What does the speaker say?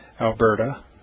Alberta